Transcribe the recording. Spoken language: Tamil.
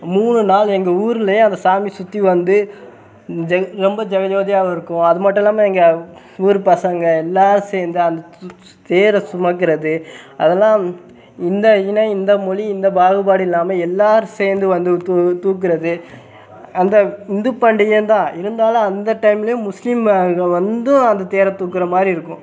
மூணு நாள் எங்கள் ஊரில் அந்த சாமி சுற்றி வந்து ஜெக ரொம்ப ஜெகஜோதியாகவும் இருக்கும் அது மட்டும் இல்லாமல் எங்கள் ஊர் பசங்கள் எல்லோரும் சேர்ந்து அந்த தேரை சுமக்கிறது அதெல்லாம் இந்த இனம் இந்த மொழி எந்த பாகுபாடும் இல்லாமல் எல்லோரும் சேர்ந்து வந்து தூ தூக்குவது அந்த இந்து பண்டிகையும்தான் இருந்தாலும் அந்த டைம்லையும் முஸ்லீம் ஆளுகள் வந்தும் அந்த தேரை தூக்குகிற மாதிரி இருக்கும்